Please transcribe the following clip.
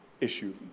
issue